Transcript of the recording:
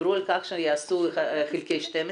דיברו על כך שיעשו אחד חלקי 12